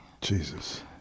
Jesus